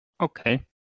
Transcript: Okay